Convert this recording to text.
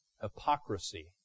hypocrisy